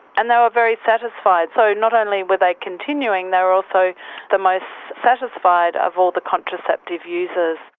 and they were very satisfied, so not only were they continuing they were also the most satisfied of all the contraceptive users.